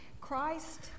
Christ